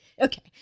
Okay